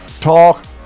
Talk